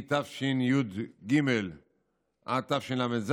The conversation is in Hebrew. מתשי"ג עד תשל"ז